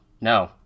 No